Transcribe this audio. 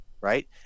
right